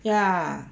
ya